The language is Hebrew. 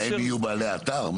מה, הם יהיו בעלי אתר?